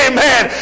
Amen